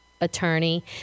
attorney